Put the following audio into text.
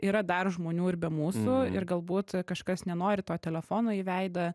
yra dar žmonių ir be mūsų ir galbūt kažkas nenori to telefono į veidą